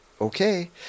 okay